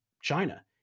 China